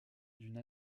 d’une